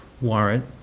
warrant